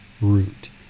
root